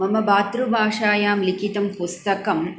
मम मातृभाषायां लिखितं पुस्तकं